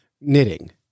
knitting